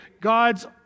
God's